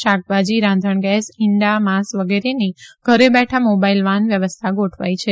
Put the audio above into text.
શાકભાજી રાંધણગેસ ઈંડા માસ વગેરેની ઘેર બેઠા મોબાઈલ વાન વ્યવસ્થા ગોઠવાઈ છે